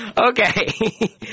Okay